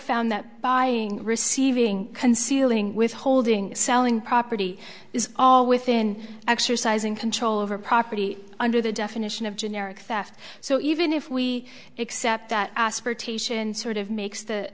found that buying receiving concealing withholding selling property is all within exercising control over property under the definition of generic theft so even if we accept that asportation sort of makes the